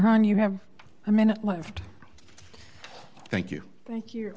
han you have a minute left thank you thank you